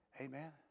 Amen